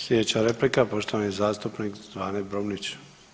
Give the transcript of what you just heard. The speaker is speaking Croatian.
Sljedeća replika poštovani zastupnik Zvane Brumnić.